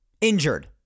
injured